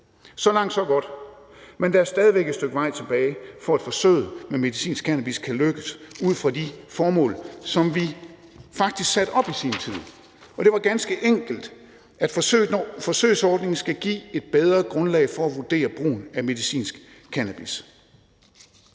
Så langt, så godt. Men der er stadig væk et stykke vej tilbage at gå, for at forsøget med medicinsk cannabis kan lykkes ud fra det formål, som vi faktisk satte op i sin tid, og det var ganske enkelt: Forsøgsordningen skal give et bedre grundlag for at vurdere brugen af medicinsk cannabis